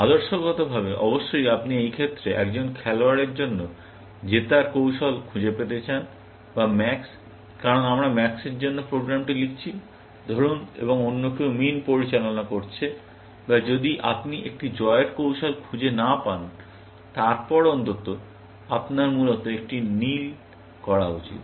আদর্শভাবে অবশ্যই আপনি এই ক্ষেত্রে একজন খেলোয়াড়ের জন্য একটি জেতার কৌশল খুঁজে পেতে চান বা ম্যাক্স কারণ আমরা ম্যাক্সের জন্য প্রোগ্রামটি লিখছি ধরুন এবং অন্য কেউ মিন পরিচালনা করছে বা যদি আপনি একটি জয়ের কৌশল খুঁজে না পান তারপর অন্তত আপনার মূলত একটি নীল করা উচিত